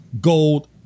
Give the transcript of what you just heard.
gold